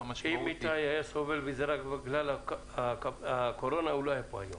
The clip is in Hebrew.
אבל אם איתי היה סובל מזה רק בגלל הקורונה הוא לא היה פה היום.